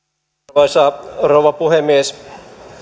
arvoisa rouva puhemies